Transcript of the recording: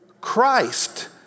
Christ